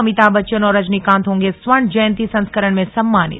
अमिताभ बच्चन और रजनीकान्त होगें इस स्वर्ण जयन्ती संस्करण में सम्मानित